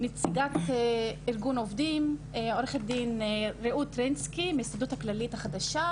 נציגת ארגון עובדים עו"ד רעות רינצקי מההסתדרות הכללית החדשה,